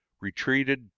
retreated